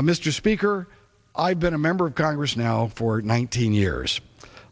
mr speaker i've been a member of congress now for nineteen years